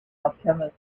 alchemist